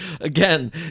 again